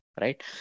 right